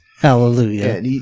Hallelujah